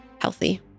healthy